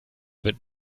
wird